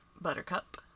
buttercup